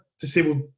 disabled